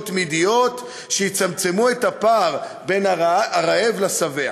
תמידיות שיצמצמו את הפער בין הרעב לשבע.